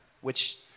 which-